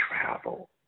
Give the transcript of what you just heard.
travel